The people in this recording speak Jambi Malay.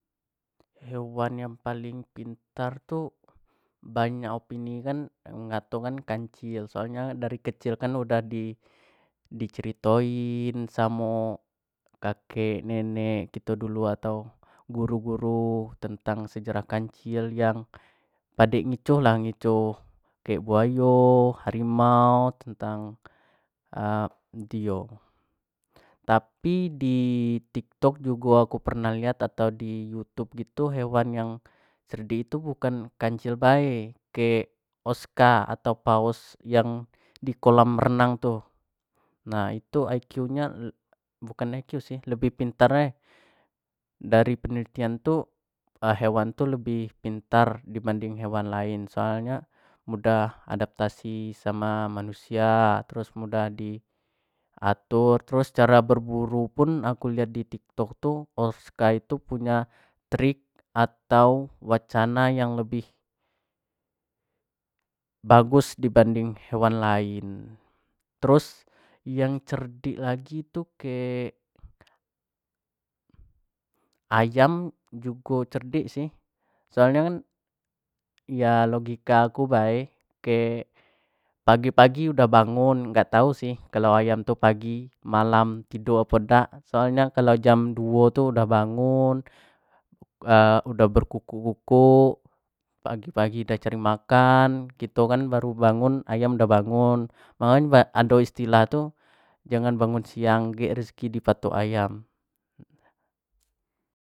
Hewan yang paling pintar tu banyak opini ngato kan kancil soalnyo dari kecil udah di ceritoin samo kakek nenek kito dulu atau samo guru-guru tentang sejarah kancil yang padek ngicuh lah, ngicuh kayak buayo, harimau tentang dio tapi di tik tok jugo aku pernah lihat atau di youtube gitu hewan yang cerdik itu bukan kancil bae, kek osca atau paus yang di kolam renang tu nah itu iq nyo bukan iq sih lebih pintar bae dari penelitian tu hewan tu lebih pintar di banding hewan lain soal nyo mudah adaptasi sama manusia terus mudah di atur, terus cara berburu pun aku lihat di tiktok tu osca tu punyo trik atau wacana yang lebih bagus di banding hewan lain, terus yang cerdik lagi tu kek ayam jugo cerdik dak sih, soal nyo logika aku bae, pagi-pagi udah bangun gak tau sih kalua ayam tu pagi, malam tiduk apo dak soal nyo kalo jam duo tu dah bangun, udah berkukuk kukuk pagi-pagi dah cari makan, kito kan dah bangun ayam dah bangun makao nyo tu ado istilah tu jangan bangun siang gek rizki di patok ayam